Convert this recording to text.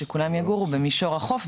שכולם יגורו במישור החוף,